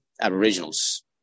Aboriginals